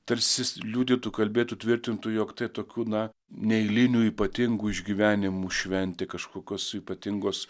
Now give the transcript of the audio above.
tarsi liudytų kalbėtų tvirtintų jog tai tokių na neeilinių ypatingų išgyvenimų šventė kažkokios ypatingos